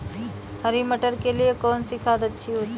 हरी मटर के लिए कौन सी खाद अच्छी होती है?